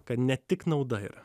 kad ne tik nauda yra